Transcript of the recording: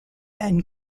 and